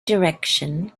direction